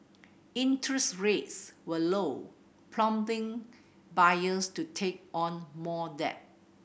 interest rates were low prompting buyers to take on more debt